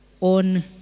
on